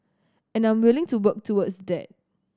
and I'm willing to work towards that